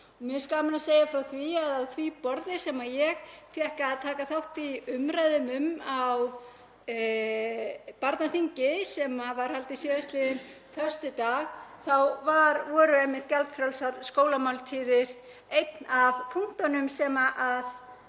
gaman að segja frá því að á því borði sem ég fékk að taka þátt í umræðum á barnaþingi, sem var haldið síðastliðinn föstudag, þá voru einmitt gjaldfrjálsar skólamáltíðir einn af punktunum sem